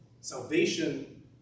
Salvation